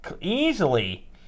easily